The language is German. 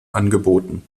angeboten